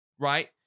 Right